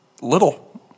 little